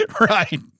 Right